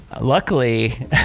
Luckily